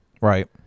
Right